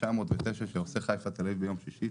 קו 909 שעושה את חיפה תל אביב ביום שישי,